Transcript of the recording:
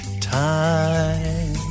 time